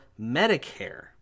Medicare